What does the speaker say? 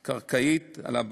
על קרקעות של מקומיים,